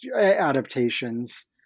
adaptations